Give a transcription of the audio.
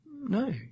No